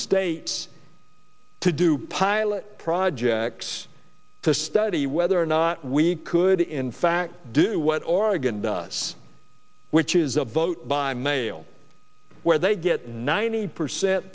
states to do pilot projects to study whether or not we could in fact do what oregon does which is a vote by mail where they get ninety percent